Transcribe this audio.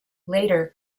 later